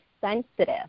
sensitive